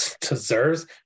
deserves